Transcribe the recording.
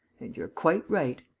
and you're quite right!